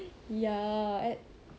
ya at